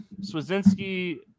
Swazinski